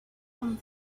come